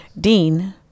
Dean